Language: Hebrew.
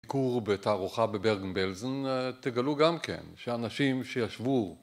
ביקור בתערוכה בברגן בלזן, תגלו גם כן שאנשים שישבו